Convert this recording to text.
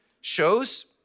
shows